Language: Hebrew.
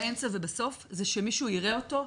באמצע ובסוף זה שמישהו יראה אותו,